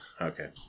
okay